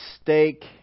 steak